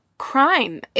crime